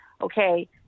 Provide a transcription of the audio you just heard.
okay